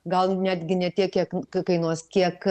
gal netgi ne tiek kiek kainuos kiek